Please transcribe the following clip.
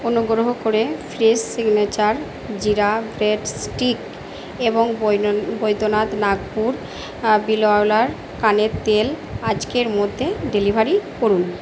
অনুগ্রহ করে fresh signature জিরা ব্রেড স্টিক এবং বৈদ্যনাথ নাগপুর বিলওয়ালার কানের তেল আজকের মধ্যে ডেলিভারি করুন